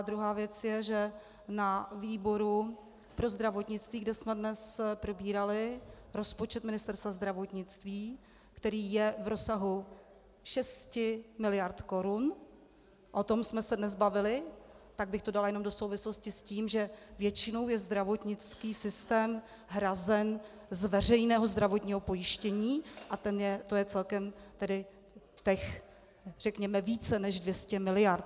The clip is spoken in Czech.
Druhá věc je, že na výboru pro zdravotnictví, kde jsme dnes probírali rozpočet Ministerstva zdravotnictví, který je v rozsahu 6 miliard korun, o tom jsme se dnes bavili, tak bych to dala jenom do souvislosti s tím, že většinou je zdravotnický systém hrazen z veřejného zdravotního pojištění a to je celkem tedy těch řekněme více než 200 miliard.